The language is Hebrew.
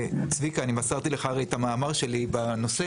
וצביקה, אני מסרתי לך הרי את המאמר שלי בנושא.